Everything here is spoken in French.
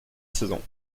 saison